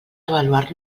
avaluar